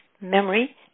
memory